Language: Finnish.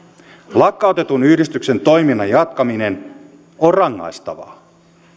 lakkautetun yhdistyksen toiminnan jatkaminen on rangaistavaa